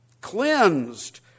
cleansed